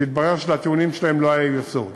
כשהתברר שלטיעונים שלהם לא היה יסוד.